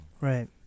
Right